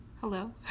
Hello